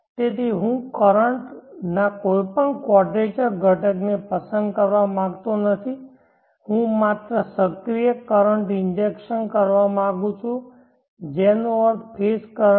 તેથી હું કરંટ ના કોઈપણ ક્વોડરેચર ઘટકને પસંદ કરવા માંગતો નથી હું માત્ર સક્રિય કરંટ ઇન્જેક્શન કરવા માંગુ છું જેનો અર્થ ફેઝ કરંટ છે